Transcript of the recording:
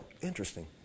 Interesting